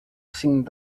cinc